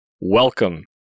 welcome